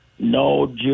No